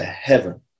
heaven